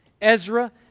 Ezra